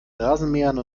rasenmähern